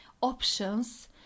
options